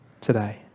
today